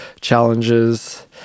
challenges